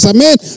Amen